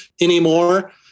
anymore